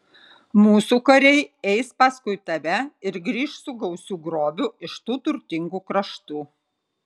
mūsų kariai eis paskui tave ir grįš su gausiu grobiu iš tų turtingų kraštų